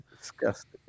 Disgusting